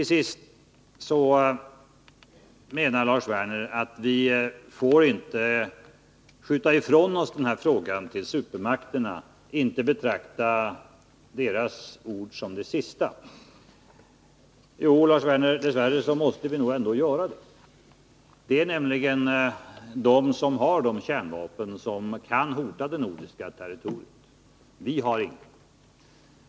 Lars Werner menar att vi inte får skjuta ifrån oss den här frågan till supermakterna och betrakta deras ord som det sista. Jo, Lars Werner, dess värre måste vi nog göra det. Det är nämligen de som har kärnvapen, de kärnvapen som skulle kunna hota det nordiska territoriet. Vi har inga.